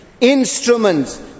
Instruments